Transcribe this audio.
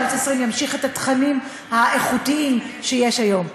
ונקווה שערוץ 20 ימשיך את התכנים האיכותיים שיש היום.